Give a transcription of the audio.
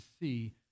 see